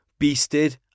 beasted